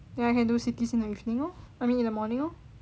then I can do cities in the evening lor I mean in the morning lor